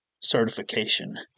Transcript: certification